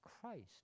Christ